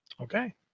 Okay